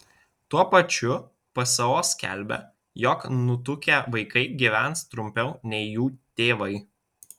tuo pačiu pso skelbia jog nutukę vaikai gyvens trumpiau nei jų tėvai